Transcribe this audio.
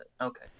okay